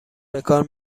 بکار